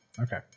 Okay